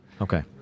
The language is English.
Okay